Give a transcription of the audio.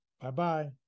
Bye-bye